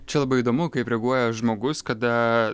čia labai įdomu kaip reaguoja žmogus kada